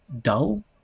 dull